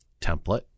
template